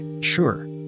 Sure